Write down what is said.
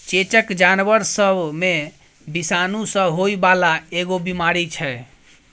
चेचक जानबर सब मे विषाणु सँ होइ बाला एगो बीमारी छै